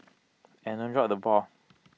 and don't drop the ball